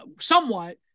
somewhat